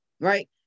right